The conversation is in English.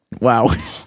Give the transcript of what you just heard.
wow